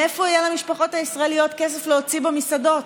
מאיפה יהיה למשפחות הישראליות כסף להוציא במסעדות,